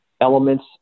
elements